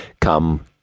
Come